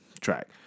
track